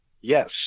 Yes